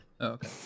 Okay